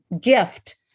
gift